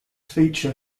feature